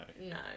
No